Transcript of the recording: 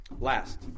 Last